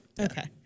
Okay